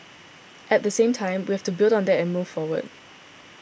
at the same time we have to build on that and move forward